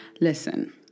Listen